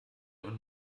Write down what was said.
und